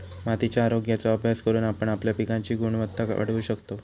मातीच्या आरोग्याचो अभ्यास करून आपण आपल्या पिकांची गुणवत्ता वाढवू शकतव